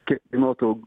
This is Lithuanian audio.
kiek kainuotų